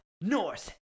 North